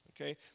Okay